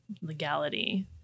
legality